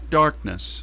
darkness